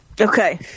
Okay